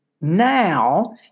Now